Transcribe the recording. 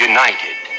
United